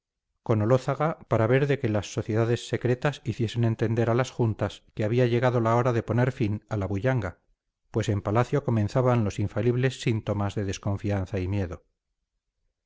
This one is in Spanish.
olózaga para ver de que las sociedades secretas hiciesen entender a las juntas que había llegado la hora de poner fin a la bullanga pues en palacio comenzaban los infalibles síntomas de desconfianza y miedo